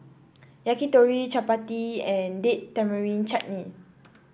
Yakitori Chapati and Date Tamarind Chutney